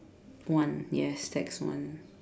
one yes tax one